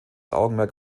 augenmerk